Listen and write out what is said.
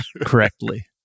correctly